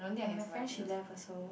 ya my friend she left also